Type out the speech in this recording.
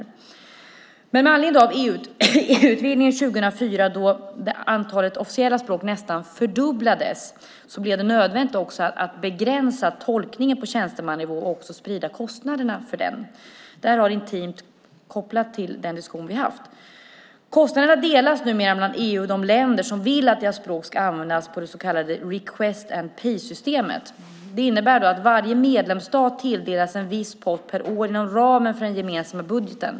Med anledning av EU-utvidgningen 2004 då antalet officiella språk nästan fördubblades blev det nödvändigt att begränsa tolkningen på tjänstemannanivå och också sprida kostnaderna för den. Det är intimt kopplat till den diskussion vi haft. Kostnaderna delas numera mellan EU och de länder som vill att deras språk ska användas genom det så kallade request and pay-systemet. Det innebär att varje medlemsstat tilldelas en viss pott per år inom ramen för den gemensamma budgeten.